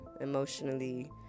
emotionally